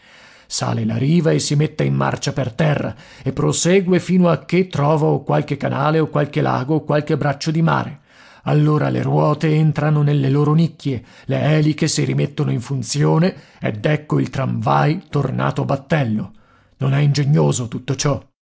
sale la riva e si mette in marcia per terra e prosegue fino a che trova o qualche canale o qualche lago o qualche braccio di mare allora le ruote entrano nelle loro nicchie le eliche si rimettono in funzione ed ecco il tramvai tornato battello non è ingegnoso tutto ciò